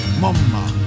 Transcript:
mama